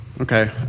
Okay